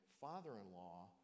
father-in-law